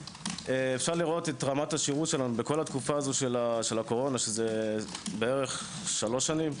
אפשר לראות את רמת השירות שלנו בכל תקפות הקורונה שזה בערך שלוש שנים,